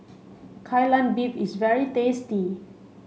Kai Lan Beef is very tasty